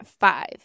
five